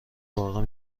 واقع